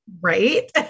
Right